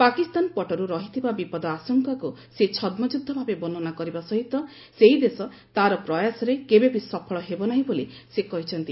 ପାକିସ୍ତାନ ପଟରୁ ରହିଥିବା ବିପଦ ଆଶଙ୍କାକୁ ସେ ଛଦ୍କଯୁଦ୍ଧ ଭାବେ ବର୍ଷ୍ଣନା କରିବା ସହିତ ସେହିଦେଶ ତା'ର ପ୍ରୟାସରେ କେବେବି ସଫଳ ହେବନାହିଁ ବୋଲି ସେ କହିଛନ୍ତି